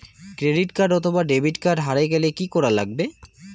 Credit card অথবা debit card হারে গেলে কি করা লাগবে?